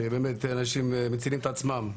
שבאמת אנשים מצילים את עצמם.